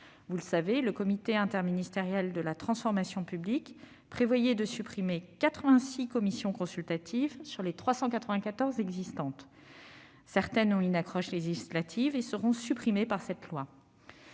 Vous le savez, le comité interministériel de la transformation publique prévoyait de supprimer 86 commissions consultatives sur les 394 existantes. Certaines ont une accroche législative et seront supprimées par cette loi.